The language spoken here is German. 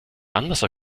anlasser